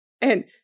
And-